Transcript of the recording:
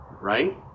right